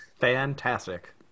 Fantastic